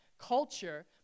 culture